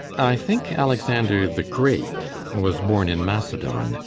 i thinke alexander the great was borne in macedon,